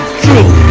true